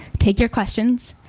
take your questions,